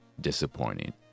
disappointing